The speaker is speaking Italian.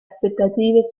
aspettative